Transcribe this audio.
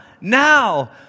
now